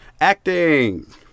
acting